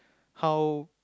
how